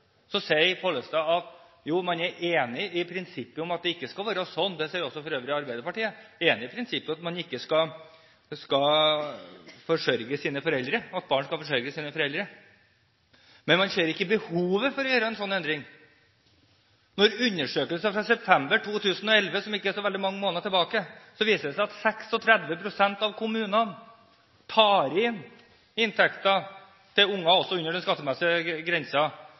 Så registrerer jeg at der Fremskrittspartiets forslag gjelder unger som er under 18 år, som tar seg en bijobb, som tjener penger under den skattemessige grensen – som går ut i arbeidslivet for å vise at det lønner seg å jobbe – sier Pollestad at man er enig i prinsippet om at det ikke skal være sånn. Det sier for øvrig også Arbeiderpartiet – de er enig i prinsippet om at barn ikke skal forsørge sine foreldre, men man ser ikke behovet for å gjøre en sånn endring. Undersøkelser fra september 2011 – som ikke